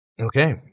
Okay